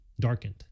darkened